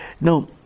Now